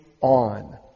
on